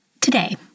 Today